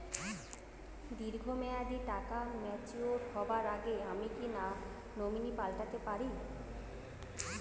দীর্ঘ মেয়াদি টাকা ম্যাচিউর হবার আগে আমি কি নমিনি পাল্টা তে পারি?